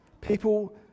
people